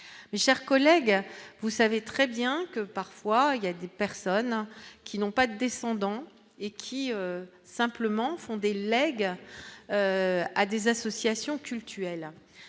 mes chers collègues, vous savez très bien que parfois il y a des personnes qui n'ont pas descendant et qui simplement font délèguent à des associations cultuelles,